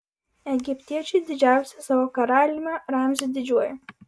egiptiečiai didžiavosi savo karaliumi ramziu didžiuoju